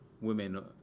Women